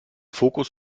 fokus